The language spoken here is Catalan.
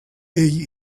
ell